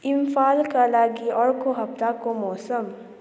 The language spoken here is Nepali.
इम्फालका लागि अर्को हप्ताको मौसम